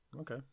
Okay